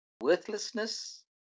worthlessness